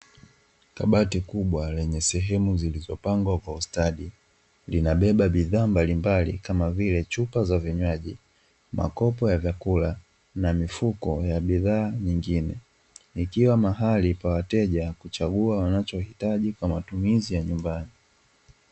Kabati kubwa lenye sehemu zilizopangwa kwa ustadi linabeba bidhaa mbalimbali kama vile chupa za vinywaji, makopo ya vyakula na mifuko ya bidhaa nyingine ikiwa mahali pa wateja kuchagua wanachohitaji kwa matumizi ya nyumbani.